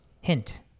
hint